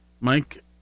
Mike